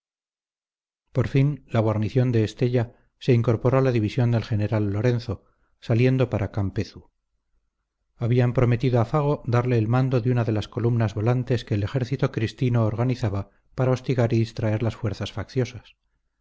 por fin la guarnición de estella se incorporó a la división del general lorenzo saliendo para campezu habían prometido a fago darle el mando de una de las columnas volantes que el ejército cristino organizaba para hostigar y distraer las fuerzas facciosas